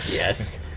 Yes